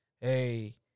hey